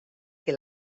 que